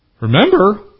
Remember